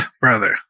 brother